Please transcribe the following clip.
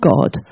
God